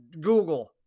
Google